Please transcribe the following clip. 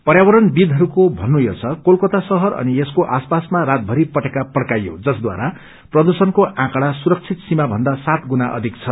पर्यावरण विद्हस्को भन्नु यो छ कोलकाता शहर अनि यसको आसपासामा रातभरि पटेका पड़काइयो जसद्वारा प्रदूषणको आकँड़ा सुरक्षित सीमा भन्दा सात गुणा अधिक छ